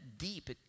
deep